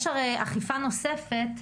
יש אכיפה נוספת,